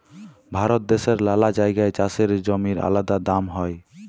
ভারত দ্যাশের লালা জাগায় চাষের জমির আলাদা দাম হ্যয়